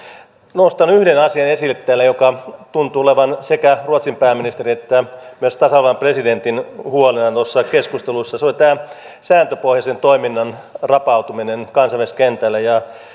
nostan yhden asian esille täällä joka tuntuu olevan sekä ruotsin pääministerin että myös tasavallan presidentin huolena noissa keskusteluissa se oli tämä sääntöpohjaisen toiminnan rapautuminen kansainvälisellä kentällä